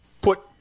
put